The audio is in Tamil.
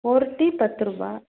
ஒரு டீ பத்து ரூபாய்